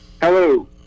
Hello